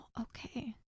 Okay